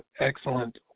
excellent